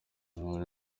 inkuru